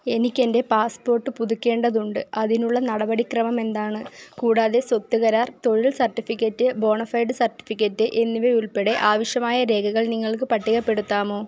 എനിക്കെന്റെ പാസ്പോർട്ട് പുതുക്കേണ്ടതുണ്ട് അതിനുള്ള നടപടിക്രമം എന്താണ് കൂടാതെ സ്വത്ത് കരാർ തൊഴിൽ സർട്ടിഫിക്കറ്റ് ബോണഫൈഡ് സർട്ടിഫിക്കറ്റ് എന്നിവ ഉൾപ്പെടെ ആവശ്യമായ രേഖകൾ നിങ്ങൾക്ക് പട്ടികപ്പെടുത്താമോ